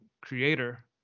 creator